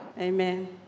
Amen